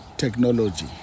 Technology